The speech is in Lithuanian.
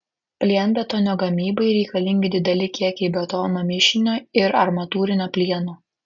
plienbetonio gamybai reikalingi dideli kiekiai betono mišinio ir armatūrinio plieno